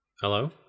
Hello